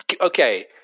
Okay